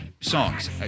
songs